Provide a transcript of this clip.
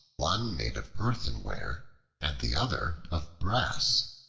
one made of earthenware and the other of brass.